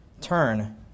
Turn